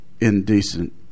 indecent